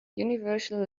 universal